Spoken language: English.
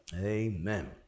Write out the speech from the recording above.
Amen